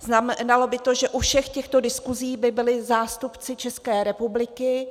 Znamenalo by to, že u všech těchto diskusí by byli zástupci České republiky.